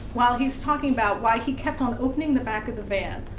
while he's talking about why he kept on opening the back of the van,